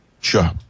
Sure